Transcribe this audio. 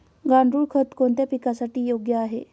गांडूळ खत कोणत्या पिकासाठी योग्य आहे?